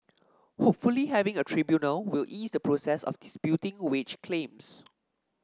hopefully having a tribunal will ease the process of disputing wage claims